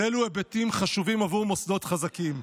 ואלה היבטים חשובים עבור מוסדות חזקים.